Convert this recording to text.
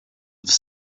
have